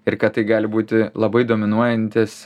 ir kad tai gali būti labai dominuojantis